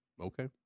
Okay